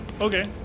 Okay